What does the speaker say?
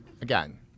Again